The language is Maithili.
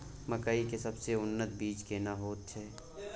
मकई के सबसे उन्नत बीज केना होयत छै?